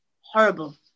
horrible